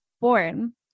born